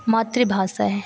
मातृभाषा है